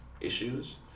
issues